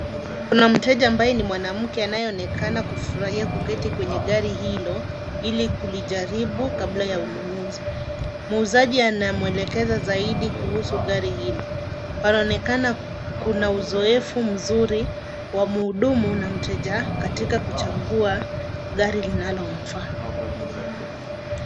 Kuna mteja ambaye ni mwanamke anayeonekana kufurahia kuketi kwenye gari hilo ili kulijaribu kabla ya ununuzi. Muuzaji anamwelekeza zaidi kuhusu gari hilo. Panaonekana pana uzoefu mzuri wa mhudumu na mteja katika kuchagua gari linalomfaa.